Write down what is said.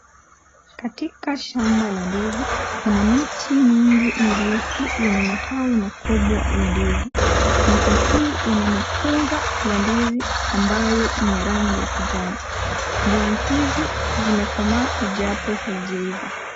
Katika shamba la ndizi kuna miti mingi mirefu yenye matawi makubwa ya ndizi. Miti hii ina mikunga ya ndizi ambayo ni ya rangi ya kijani. Ndizi hizi zimekomaa ijapo hazijava.